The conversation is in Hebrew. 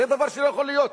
זה דבר שלא יכול להיות,